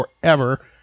forever